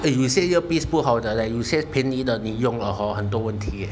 eh 有些 earpiece 不好的嘞有些便宜的你用了 hor 很多问题嘞